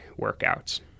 workouts